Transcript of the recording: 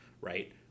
Right